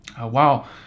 wow